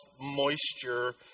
moisture